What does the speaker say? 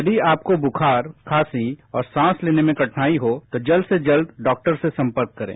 यदि आपको बुखार खांसी और सांस लेने में कठिनाई हो तो जल्द से जल्द डॉक्टर से सम्पर्क करें